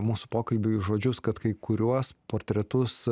mūsų pokalbiui žodžius kad kai kuriuos portretus